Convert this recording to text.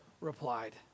replied